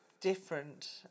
different